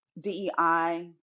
dei